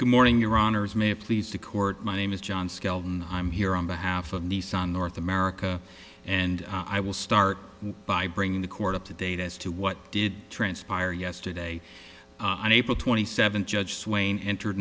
good morning your honors may have pleased to court my name is john skelton i'm here on behalf of nissan north america and i will start by bringing the court up to date as to what did transpire yesterday on april twenty seventh judge swain entered